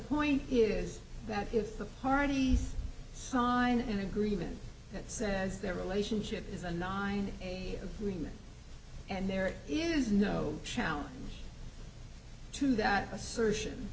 point is that if the parties sign an agreement that says their relationship is and nine remain and there is no challenge to that assertion